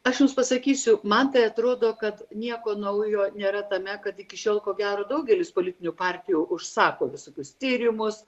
aš jums pasakysiu man tai atrodo kad nieko naujo nėra tame kad iki šiol ko gero daugelis politinių partijų užsako visokius tyrimus